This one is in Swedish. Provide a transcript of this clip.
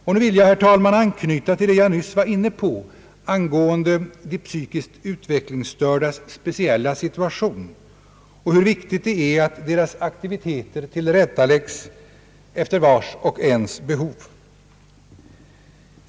Och nu vill jag, herr talman, anknyta till det jag nyss var inne på angående de psykiskt utvecklingsstördas speciella situation och hur viktigt det är att deras aktiviteter tillrättaläggs efter vars och ens behov.